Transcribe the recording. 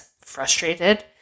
frustrated